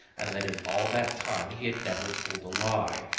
and that in all that time he had never told a lie.